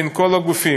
בין כל הגופים.